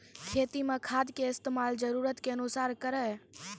खेती मे खाद के इस्तेमाल जरूरत के अनुसार करऽ